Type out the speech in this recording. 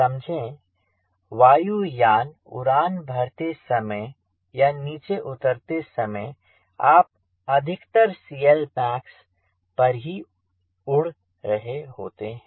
समझे वायु यान उड़ान भरते समय या नीचे उतरते समय आप अधिकतर CLmax पर ही उड़ रहे होते हैं